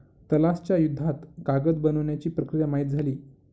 तलाश च्या युद्धात कागद बनवण्याची प्रक्रिया माहित झाली